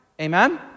Amen